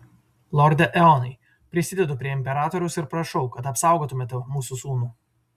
lorde eonai prisidedu prie imperatoriaus ir prašau kad apsaugotumėte mūsų sūnų